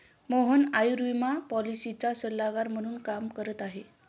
मोहन आयुर्विमा पॉलिसीचा सल्लागार म्हणून काम करत आहे